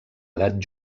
edat